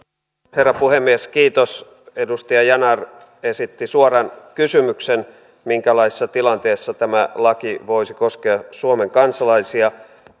herra puhemies edustaja yanar esitti suoran kysymyksen siitä minkälaisessa tilanteessa tämä laki voisi koskea suomen kansalaisia